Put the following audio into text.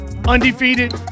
undefeated